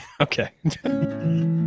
okay